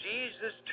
Jesus